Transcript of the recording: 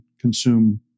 consume